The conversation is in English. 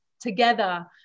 together